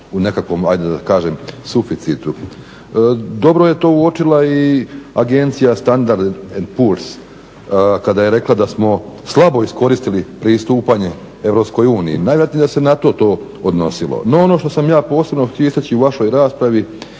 u nekakvom ajde da kažem suficitu. Dobro je to uočila i Agencija Standard&Poor's kada je rekla da smo slabo iskoristili pristupanje EU. Najvjerojatnije je da se na to odnosilo. No, ono što sam ja posebno htio istači u vašoj raspravi